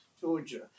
Georgia